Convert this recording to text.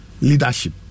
leadership